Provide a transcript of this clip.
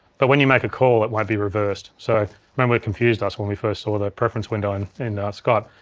but when you make a call it won't be reversed, so i remember it confused us when we first saw the preference window and in skype.